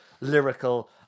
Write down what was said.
lyrical